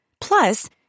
Plus